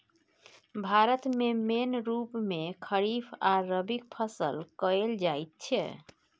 भारत मे मेन रुप मे खरीफ आ रबीक फसल कएल जाइत छै